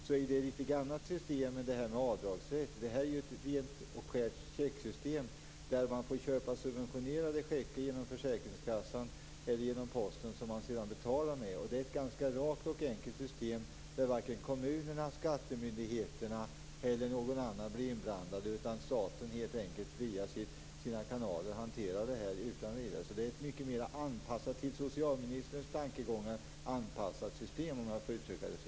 Vårt system är litet annorlunda jämfört med systemet med avdragsrätt. I vårt fall handlar det om ett rent och skärt checksystem så att säga. Man får via försäkringskassan eller posten köpa subventionerade checkar som man sedan betalar med. Det är ett ganska rakt och enkelt system. Varken kommunerna eller skattemyndigheterna, och inte eller någon annan, blandas in. Staten hanterar detta utan vidare via sina kanaler. Det är alltså fråga om ett till socialministerns tankegångar mycket mera anpassat system, om jag får uttrycka det så.